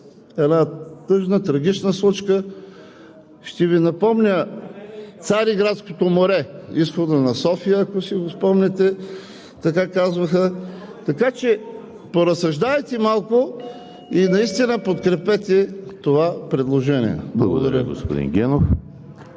една тъжна, трагична случка. Ще Ви напомня Цариградското море – изходът на София, ако си го спомняте, така казваха. Така че поразсъждавайте малко и наистина подкрепете това предложение. Благодаря.